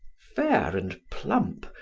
fair and plump,